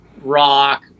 rock